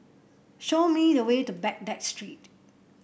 show me the way to Baghdad Street